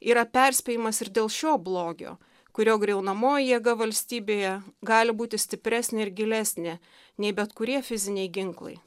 yra perspėjimas ir dėl šio blogio kurio griaunamoji jėga valstybėje gali būti stipresnė ir gilesnė nei bet kurie fiziniai ginklai